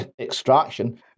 extraction